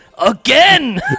Again